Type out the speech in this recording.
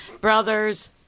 brothers